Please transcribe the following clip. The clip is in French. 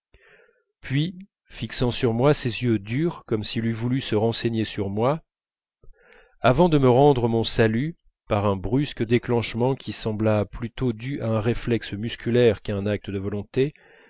puis fixant sur moi ces yeux durs comme s'il eût voulu se renseigner sur moi avant de me rendre mon salut par un brusque déclenchement qui sembla plutôt dû à un réflexe musculaire qu'à un acte de volonté